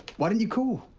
why didn't you call?